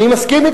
אני מסכים אתך,